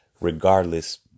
regardless